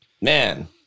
man